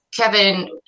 Kevin